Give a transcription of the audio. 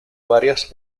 varias